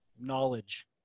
knowledge